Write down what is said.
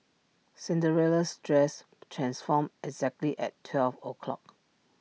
Cinderellas dress transformed exactly at twelve o' clock